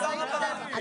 תודה רבה,